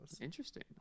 Interesting